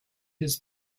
his